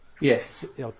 Yes